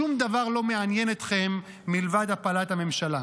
שום דבר לא מעניין אתכם מלבד הפלת הממשלה.